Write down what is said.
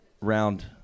round